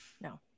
No